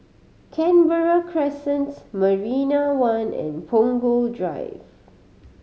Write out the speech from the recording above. Canberra Crescent Marina One and Punggol Drive